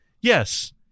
yes